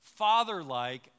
fatherlike